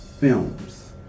films